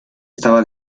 estaba